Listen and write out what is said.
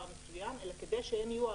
אני חושב שהבוס וכל אלה שנכנסים ומקימים